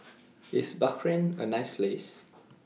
IS Bahrain A nice Place